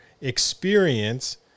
experience